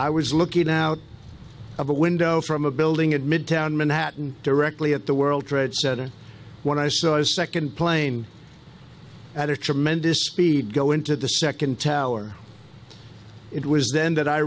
i was looking out of the window from a building at midtown manhattan directly at the world trade center when i saw a nd plane at a tremendous speed go into the nd tower it was then that i